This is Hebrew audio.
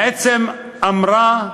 בעצם אמרה: